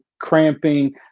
cramping